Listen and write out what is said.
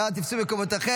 נא תפסו מקומותיכם.